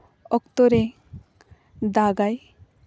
ᱚᱠᱛᱚ ᱨᱮ ᱫᱟᱜᱟᱭ